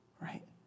Right